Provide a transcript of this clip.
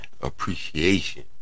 appreciation